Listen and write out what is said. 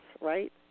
right